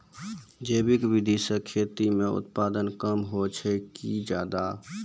जैविक विधि से खेती म उत्पादन कम होय छै कि ज्यादा?